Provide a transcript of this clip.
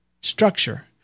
structure